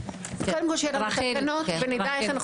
קודם כל שיהיו תקנות ונדע איך אנחנו